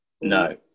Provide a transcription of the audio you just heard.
No